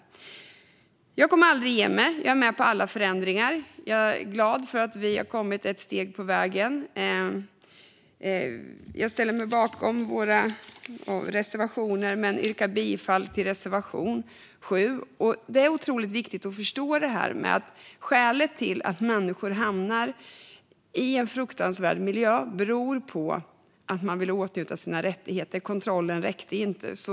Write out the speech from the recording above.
Jag kommer aldrig att ge mig. Jag är med på alla förändringar. Jag är glad för att vi har kommit ett steg på vägen. Jag ställer mig bakom våra reservationer, men jag yrkar bifall till reservation 7. Det är otroligt viktigt att förstå att skälet till att människor hamnar i en fruktansvärd miljö är att de vill åtnjuta sina rättigheter. Kontrollen räckte inte.